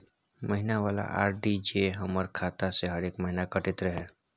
महीना वाला आर.डी जे हमर खाता से हरेक महीना कटैत रहे?